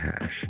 hash